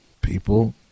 people